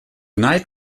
knight